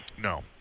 No